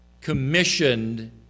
commissioned